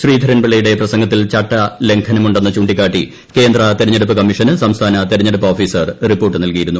ശ്രീധരൻപിള്ളയുടെ പ്രസംഗത്തിൽ ച്ചട്ട്ലംഘനമുണ്ടെന്ന് ചൂണ്ടിക്കാട്ടി കേന്ദ്ര തെരഞ്ഞെടുപ്പ് കമ്മീഷന് സംസ്ഥാന തെരഞ്ഞെടുപ്പ് ഓഫീസൂർ ്റിപ്പോർട്ട് നൽകിയിരുന്നു